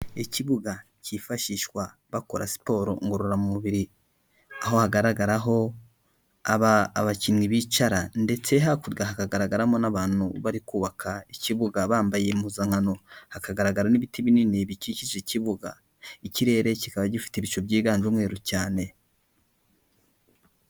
Ikibuga cyifashishwa bakora siporo ngororamubiri, aho hagaragaraho abakinnyi bicara ndetse hakurya hagaragaramo n'abantu bari kubaka ikibuga bambaye impuzankano, hakagaragara n'ibiti binini bikikije ikibuga, ikirere kikaba gifite ibicu byiganje umweru cyane.